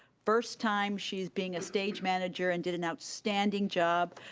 first time she's being a stage manager and did an outstanding job.